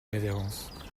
révérence